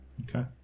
Okay